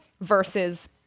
versus